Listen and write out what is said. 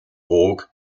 borg